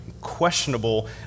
questionable